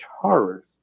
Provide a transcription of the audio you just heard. horrors